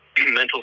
mental